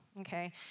Okay